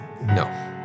No